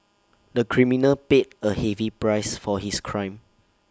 the criminal paid A heavy price for his crime